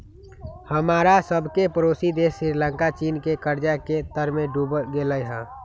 हमरा सभके पड़ोसी देश श्रीलंका चीन के कर्जा के तरमें डूब गेल हइ